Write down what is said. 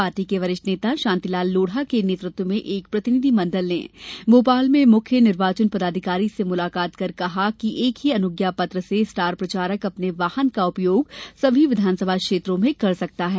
party के वरिष्ठ नेता शांतिलाल लोढ़ा के नेतृत्व में एक प्रतिनिधि मंडल ने भोपाल में मुख्य निर्वाचन पदाधिकारी से मुलाकात कर कहा कि एक ही अनुज्ञा पत्र से स्टार प्रचारक अपने वाहन का उपयोग सभी विधानसभा क्षेत्रों में कर सकता है